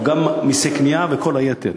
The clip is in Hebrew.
הוא גם מסי קנייה וכל היתר.